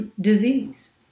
Disease